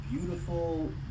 Beautiful